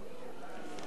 אדוני היושב-ראש,